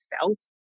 felt